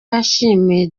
yashimiye